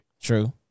True